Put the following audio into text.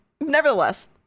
nevertheless